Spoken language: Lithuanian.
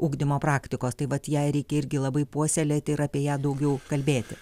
ugdymo praktikos taip vat ją reikia irgi labai puoselėti ir apie ją daugiau kalbėti